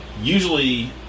usually